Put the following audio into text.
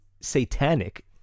satanic